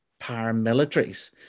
paramilitaries